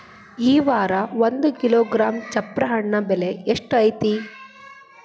ಈ ವಾರ ಒಂದು ಕಿಲೋಗ್ರಾಂ ಚಪ್ರ ಹಣ್ಣ ಬೆಲೆ ಎಷ್ಟು ಐತಿ?